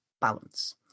balance